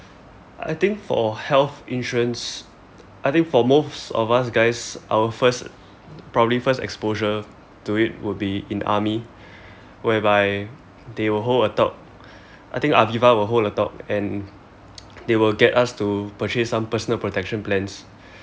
I think health insurance I think for most of us guys our first probably first exposure to it would be in army whereby they will hold a talk I think AVIVA will hold a talk and they will get us to purchase some personal protection plans